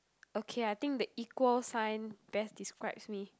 okay I think the equal sign best describes me